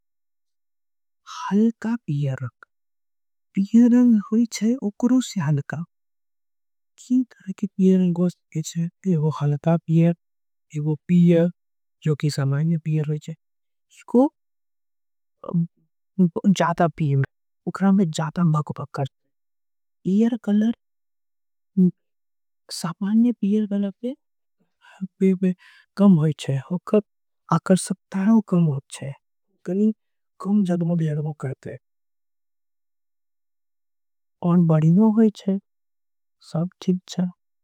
हल्का पियर रंग पियर में तीन रंग होय छे हल्का पियर। कॉमन पियर आऊर एक गाढ़ा पियर ओकरा में जादा। भकभका के दिखे छीये पियर कलर सामान्य कलर से। हल्का होई छीये आकर्षक होई छीये जादा जगमग जगमग करे छे।